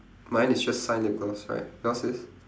mine is just shine lip gloss right yours is